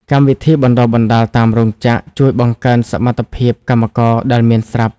កម្មវិធីបណ្ដុះបណ្ដាលតាមរោងចក្រជួយបង្កើនសមត្ថភាពកម្មករដែលមានស្រាប់។